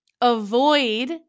avoid